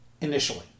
initially